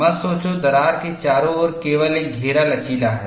मत सोचो दरार के चारों ओर केवल एक घेरा लचीला है